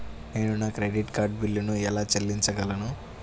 నేను నా credit card బిల్లును ఎలా చెల్లించగలను?